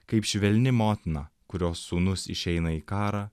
kaip švelni motina kurios sūnus išeina į karą